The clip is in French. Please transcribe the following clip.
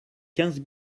quinze